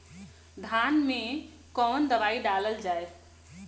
धान मे कवन दवाई डालल जाए?